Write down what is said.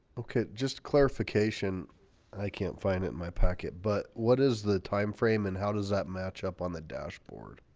okay, just clarification i can't find it in my packet but what is the time frame and how does that match up on the dashboard